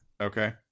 Okay